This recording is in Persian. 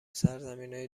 سرزمینای